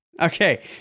Okay